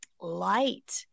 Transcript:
light